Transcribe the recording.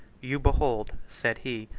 you behold, said he,